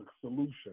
solution